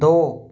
दो